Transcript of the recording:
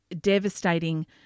devastating